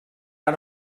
han